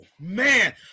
Man